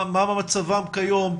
מה מצבם כיום,